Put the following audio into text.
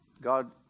God